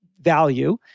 value